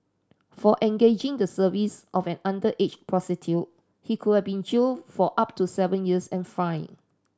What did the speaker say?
for engaging the service of an underage prostitute he could have been jailed for up to seven years and fined